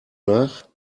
nach